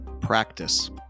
Practice